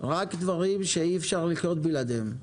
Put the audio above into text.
רק דברים שאי אפשר לחיות בלעדיהם.